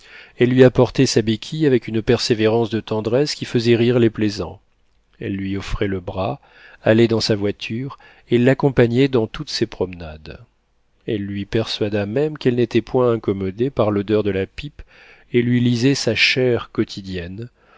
elle lui apportait sa béquille avec une persévérance de tendresse qui faisait rire les plaisants elle lui offrait le bras allait dans sa voiture et l'accompagnait dans toutes ses promenades elle lui persuada même qu'elle n'était point incommodée par l'odeur de la pipe et lui lisait sa chère quotidienne